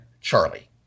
Charlie